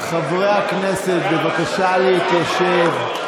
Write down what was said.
חברי הכנסת, בבקשה להתיישב.